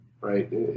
right